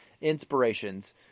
inspirations